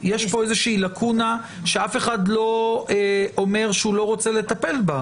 ליבי נוטה לזה כי אני לא רוצה רישום פלילי,